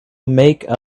make